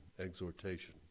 exhortation